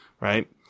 right